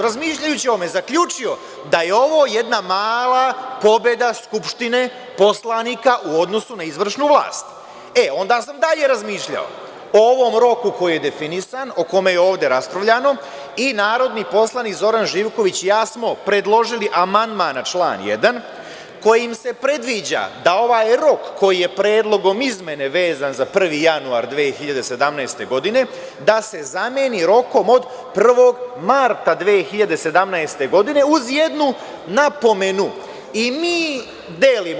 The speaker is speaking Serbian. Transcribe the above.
Razmišljajući o ovome, zaključio sam da je ovo jedna mala pobeda skupštine, poslanika u odnosu na izvršnu vlasti onda sam dalje razmišljao o ovom roku koji je ovde definisan,o kome je ovde raspravljano i narodni poslanik Zoran Živković i ja smo predložili amandman na član 1. kojim se predviđa da ovaj rok koji je predlogom izmene vezan za 1. januar 2017. godine, da se zameni rokom od 1. marta 2017. godine, uz jednu napomenu koju.